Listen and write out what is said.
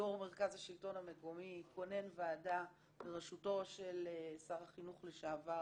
יו"ר מרכז השלטון המקומי כונן ועדה בראשותו של שר החינוך לשעבר